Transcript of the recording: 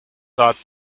thought